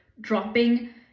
dropping